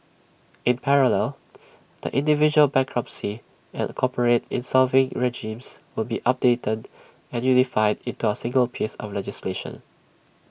in parallel the individual bankruptcy and corporate in solving regimes will be updated and unified into A single piece of legislation